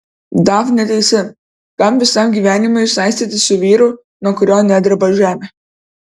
dafnė teisi kam visam gyvenimui saistytis su vyru nuo kurio nedreba žemė